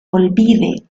olvide